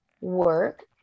work